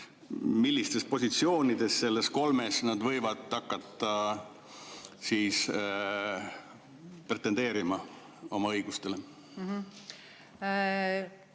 millistes positsioonides nendest kolmest nad võivad hakata pretendeerima oma õigustele?